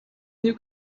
new